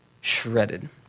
Shredded